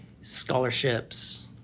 scholarships